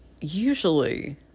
Usually